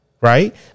Right